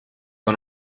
con